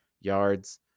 yards